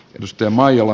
edustaja maijala